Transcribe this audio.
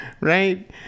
Right